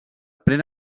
pren